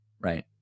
Right